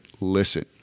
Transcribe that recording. listen